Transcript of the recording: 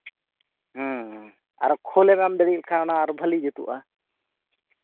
ᱦᱮᱸ ᱦᱮᱸ ᱟᱨ ᱠᱷᱳᱞᱮᱢ ᱮᱢ ᱫᱟᱲᱮᱣᱟᱜ ᱠᱷᱟᱱ ᱚᱱᱟ ᱠᱷᱳᱱ ᱫᱚ ᱟᱨᱚ ᱵᱷᱟᱹᱞᱤ ᱡᱩᱛᱩᱜᱼᱟ